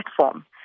platform